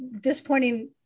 disappointing